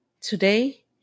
today